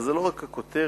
זה לא רק הכותרת,